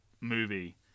movie